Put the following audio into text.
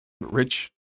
rich